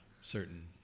Certain